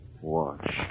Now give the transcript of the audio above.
Watch